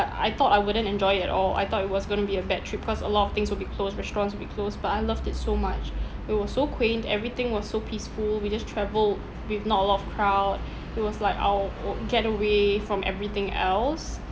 I thought I wouldn't enjoy it at all I thought it was going to be a bad trip cause a lot of things will be closed restaurants will be closed but I loved it so much it was so quaint everything was so peaceful we just travel with not a lot of crowd it was like our oo getaway from everything else